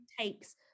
takes